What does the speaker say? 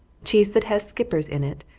cheese that has skippers in it,